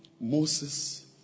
Moses